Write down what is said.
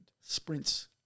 sprints